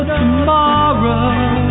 tomorrow